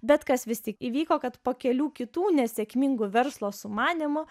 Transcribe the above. bet kas vis tik įvyko kad po kelių kitų nesėkmingų verslo sumanymų